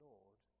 Lord